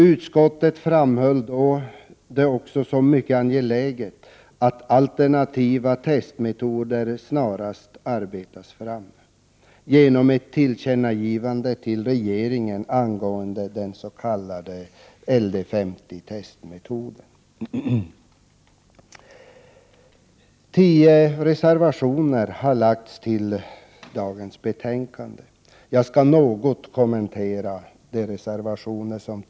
Utskottet framhöll det då också som mycket angeläget att alternativa testmetoder snarast arbetas fram och föreslog ett tillkännagivande till regeringen angående den s.k. LD50-metoden. 10 reservationer har fogats till dagens betänkande. Jag skall något kommentera dem.